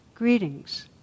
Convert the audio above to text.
Greetings